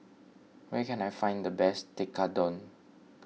where can I find the best Tekkadon